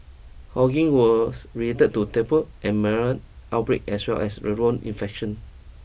hawking was related to and outbreak as well as infection